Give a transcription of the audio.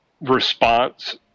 response